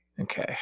Okay